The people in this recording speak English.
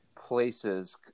places